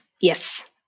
Yes